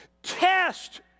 Test